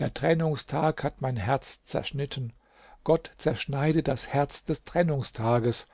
der trennungstag hat mein herz zerschnitten gott zerschneide das herz des trennungstages